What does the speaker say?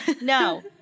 No